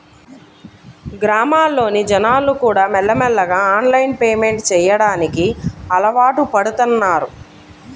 గ్రామాల్లోని జనాలుకూడా మెల్లమెల్లగా ఆన్లైన్ పేమెంట్ చెయ్యడానికి అలవాటుపడుతన్నారు